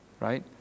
Right